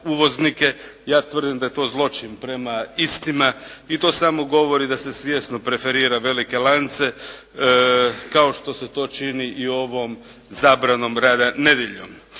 Ja tvrdim da je to zločin prema istima i to samo govori da se svjesno preferira velike lance kao što se to čini i ovom zabranom rada nedjeljom.